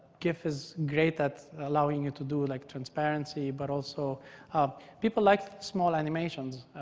gif is great at allowing you to do like transparency. but also people like small animations,